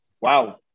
Wow